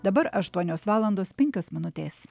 dabar aštuonios valandos penkios minutės